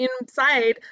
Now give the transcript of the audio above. inside